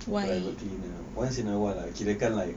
private cleaner once in a while ah kira kan like